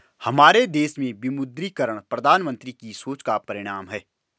हमारे देश में विमुद्रीकरण प्रधानमन्त्री की सोच का परिणाम है